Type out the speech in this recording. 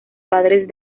padres